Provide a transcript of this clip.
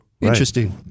Interesting